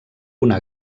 una